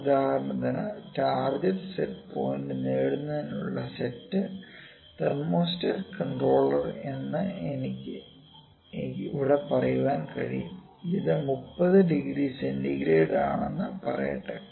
ഉദാഹരണത്തിന് target set point നേടുന്നതിനുള്ള സെറ്റാണ് തെർമോസ്റ്റാറ്റ് കൺട്രോളർ എന്ന് എനിക്ക് ഇവിടെ പറയാൻ കഴിയും ഇത് 30 ഡിഗ്രി സെന്റിഗ്രേഡ് ആണെന്ന് പറയട്ടെ